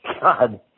God